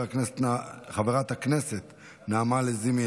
חברת הכנסת נעמה לזימי,